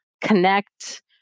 connect